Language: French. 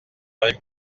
rive